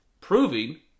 proving